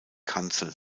kanzel